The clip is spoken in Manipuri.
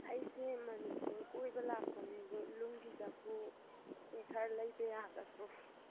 ꯑꯩꯁꯦ ꯃꯅꯤꯄꯨꯔ ꯀꯣꯏꯕ ꯂꯥꯛꯄꯅꯦ ꯑꯗꯣ ꯅꯨꯡꯒꯤ ꯆꯐꯨꯁꯦ ꯈꯔ ꯂꯩꯕ ꯌꯥꯒꯗ꯭ꯔꯣ